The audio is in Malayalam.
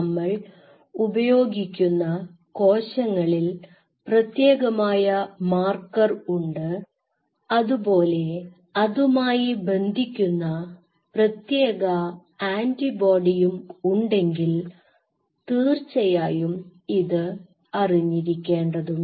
നമ്മൾ ഉപയോഗിക്കുന്ന കോശങ്ങളിൽ പ്രത്യേകമായ മാർക്കർ ഉണ്ട് അതുപോലെ അതുമായി ബന്ധിക്കുന്ന പ്രത്യേക ആൻറി ബോഡിയും ഉണ്ടെങ്കിൽ തീർച്ചയായും ഇത് അറിഞ്ഞിരിക്കേണ്ടതുണ്ട്